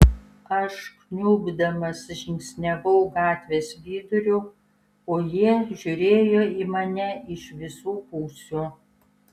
aš kniubdamas žingsniavau gatvės viduriu o jie žiūrėjo į mane iš visų pusių